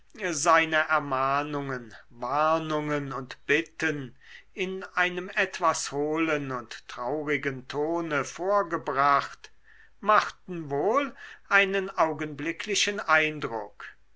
seine ermahnungen warnungen und bitten in einem etwas hohlen und traurigen tone vorgebracht machten wohl einen augenblicklichen eindruck